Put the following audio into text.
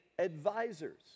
advisors